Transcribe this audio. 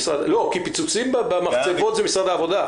פיצוצים במחצבות זה שייך למשרד העבודה.